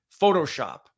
Photoshop